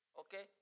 okay